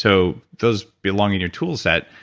so those belong in your tool set,